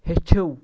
ہیٚچھِو